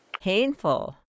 Painful